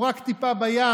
הוא רק טיפה בים,